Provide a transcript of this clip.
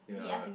yeah